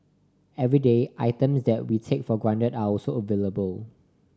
everyday items that we take for granted are also available